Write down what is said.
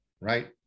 right